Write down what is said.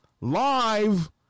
live